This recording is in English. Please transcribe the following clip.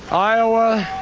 iowa,